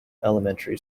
elementary